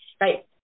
right